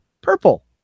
purple